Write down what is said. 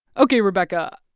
ok, rebecca.